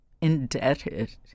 indebted